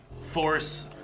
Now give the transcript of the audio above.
force